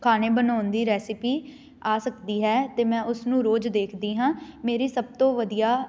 ਖਾਣੇ ਬਣਾਉਣ ਦੀ ਰੈਸਪੀ ਆ ਸਕਦੀ ਹੈ ਅਤੇ ਮੈਂ ਉਸਨੂੰ ਰੋਜ਼ ਦੇਖਦੀ ਹਾਂ ਮੇਰੀ ਸਭ ਤੋਂ ਵਧੀਆ